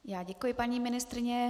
Já děkuji, paní ministryně.